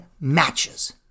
matches